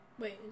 Wait